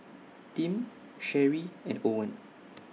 Tim Sherree and Owen